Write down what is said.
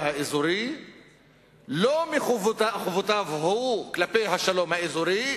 האזורי לא מחובותיו שלו כלפי השלום האזורי,